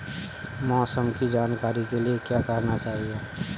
मौसम की जानकारी के लिए क्या करना चाहिए?